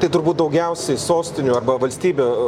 tai turbūt daugiausiai sostinių arba valstybių